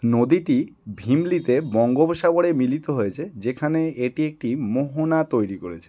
নদীটি ভীমলিতে বঙ্গোপসাগরে মিলিত হয়েছে যেখানে এটি একটি মোহনা তৈরি করেছে